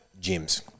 gyms